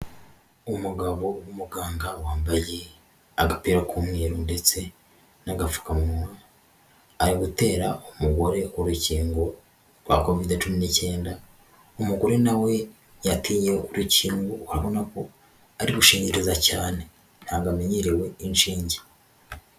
Umugabo w'umuganga wambaye agapira k'umweru ndetse n'agapfukamuwa, ari gutera umugore urukingo rwa covide cumi n'icyenda, umugore nawe yatinye urukingo arabona ko ari gushinyiriza cyane ntabwo amenyereye inshinge.